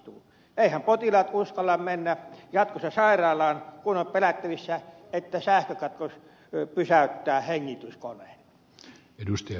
eiväthän potilaat uskalla mennä jatkossa sairaalaan kun on pelättävissä että sähkökatkos pysäyttää hengityskoneen